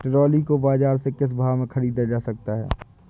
Trolley को बाजार से किस भाव में ख़रीदा जा सकता है?